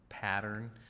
pattern